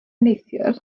neithiwr